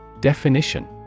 Definition